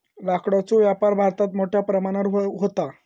लाकडाचो व्यापार भारतात मोठ्या प्रमाणावर व्हता